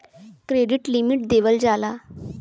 credit limit देवल जाला